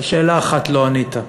על שאלה אחת לא ענית.